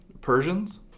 Persians